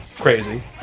Crazy